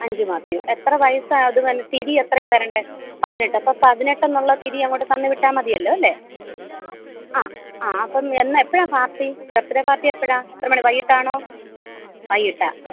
അഞ്ചു മാത്യു എത്ര വയസ്സാണ് അത് തിരി എത്രയാണ് തരേണ്ടത് പതിനെട്ട് അപ്പം പതിനെട്ട് എന്നുള്ള തിരി അങ്ങോട്ട് തന്നു വിട്ടാൽ മതിയല്ലോ അല്ലേ ആ ആ അപ്പം എന്ന് എപ്പോഴാണ് പാർട്ടി ബർത്ത്ഡേ പാർട്ടി എപ്പോഴാണ് എത്ര മണി വൈകിട്ടാണോ വയ്യിട്ടാ ആ